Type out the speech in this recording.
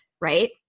right